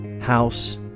House